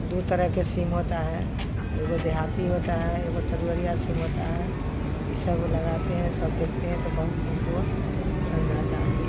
दो तरह के सीम होता है एगो देहाती होता है एगो तरुअरिया सीम होता है यह सब लगाते हैं सब देखते हैं तो बहुत हमको पसन्द होता है